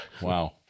wow